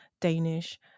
Danish